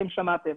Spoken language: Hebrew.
אתם שמעתם